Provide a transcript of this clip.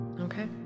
Okay